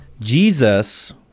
Jesus